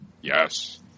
Yes